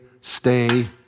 stay